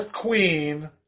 queen